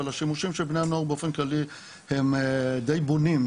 אבל השימושים של בני הנוער באופן כללי הם די בונים,